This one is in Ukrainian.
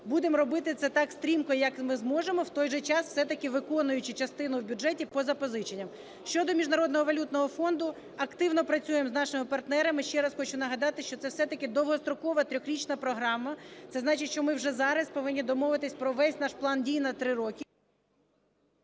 Будемо робити це так стрімко, як ми зможемо, в той же час все-таки виконуючи частину в бюджеті по запозиченням. Щодо Міжнародного валютного фонду. Активно працюємо з нашими партнерами. Ще раз хочу нагадати, що це все-таки довгострокова трирічна програма. Це значить, що ми вже зараз повинні домовитись про весь наш план дій на 3 роки…